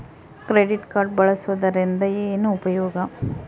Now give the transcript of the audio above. Credit card ಬಳಸುವದರಿಂದ ಏನು ಉಪಯೋಗ?